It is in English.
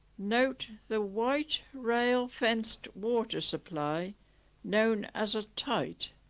note the white rail fenced water supply known as a tite